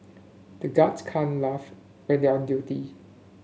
the guards can't laugh when they are on duty